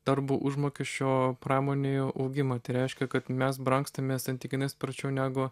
darbo užmokesčio pramonėje augimą tai reiškia kad mes brangstam santykinai sparčiau negu